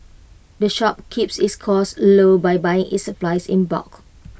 the shop keeps its costs low by buying its supplies in bulk